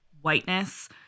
whiteness